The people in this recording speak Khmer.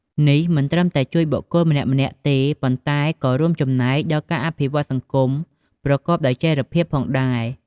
នេះមិនត្រឹមតែជួយបុគ្គលម្នាក់ៗទេ ប៉ុន្តែក៏រួមចំណែកដល់ការអភិវឌ្ឍសង្គមប្រកបដោយចីរភាពផងដែរ។